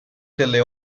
delle